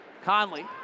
Conley